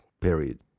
period